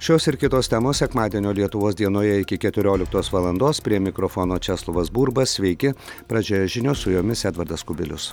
šios ir kitos temos sekmadienio lietuvos dienoje iki keturioliktos valandos prie mikrofono česlovas burba sveiki pradžioje žinios su jomis edvardas kubilius